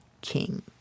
king